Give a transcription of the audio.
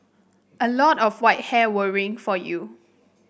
a lot of white hair worrying for you